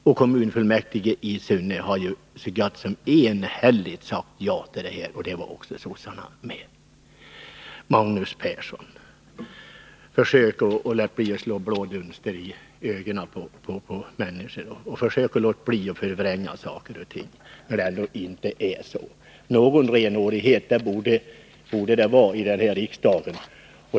Och kommunfullmäktige i Sunne har så gott som enhälligt sagt ja till en utbyggnad, och det var också sossarna med på. Magnus Persson! Försök låta bli att slå blå dunster i ögonen på människor, och försök låta bli att förvränga saker och ting! Någon renhårighet borde det väl finnas här i riksdagen.